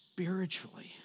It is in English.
Spiritually